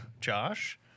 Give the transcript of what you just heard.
Josh